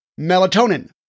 melatonin